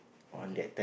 okay